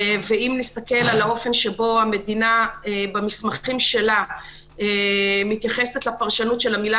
ואם נסתכל על האופן שבו המדינה במסמכים שלה מתייחסת לפרשנות של המילה